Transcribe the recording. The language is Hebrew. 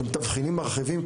שהם תבחינים מרחיבים,